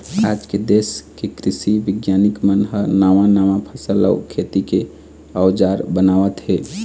आज देश के कृषि बिग्यानिक मन ह नवा नवा फसल अउ खेती के अउजार बनावत हे